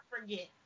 forget